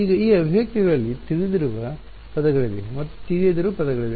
ಈಗ ಈ ಅಭಿವ್ಯಕ್ತಿಗಳಲ್ಲಿ ತಿಳಿದಿರುವ ಪದಗಳಿವೆ ಮತ್ತು ತಿಳಿಯದಿರುವ ಪದಗಳಿವೆ